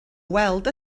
weld